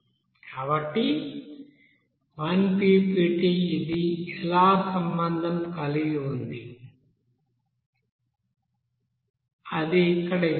కాబట్టి 1 ppt ఇది ఎలా సంబంధం కలిగి ఉంది అది ఇక్కడ ఇవ్వబడింది